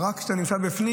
ורק כשאתה נמצא בפנים.